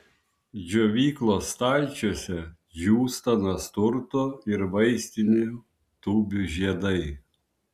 džiovyklos stalčiuose džiūsta nasturtų ir vaistinių tūbių žiedai